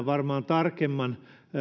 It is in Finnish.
varmaan tekemään tarkemman ikään